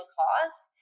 cost